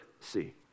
see